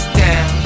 down